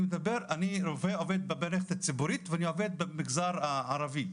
אני מדבר אני רופא שעובד במערכת הציבורית ואני עובד במגזר הערבי.